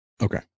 Okay